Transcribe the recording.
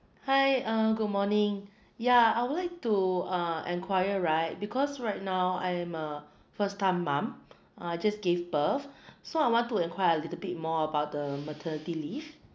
hi um good morning ya I would like to uh enquire right because right now I am a first time mum uh just gave birth so I want to enquire a little bit more about the maternity leave